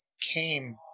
came